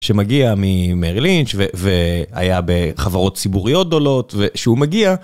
שמגיע ממרי לינץ' והיה בחברות ציבוריות גדולות, שהוא מגיע.